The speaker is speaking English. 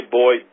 boy